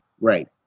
Right